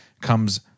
comes